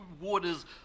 waters